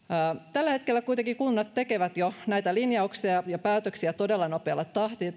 tällä hetkellä kunnat jo tekevät näitä linjauksia ja päätöksiä todella nopealla